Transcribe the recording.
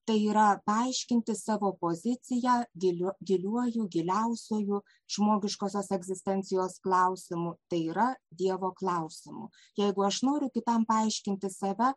tai yra paaiškinti savo poziciją giliu giliuoju giliausiuoju žmogiškosios egzistencijos klausimu tai yra dievo klausimu jeigu aš noriu kitam paaiškinti save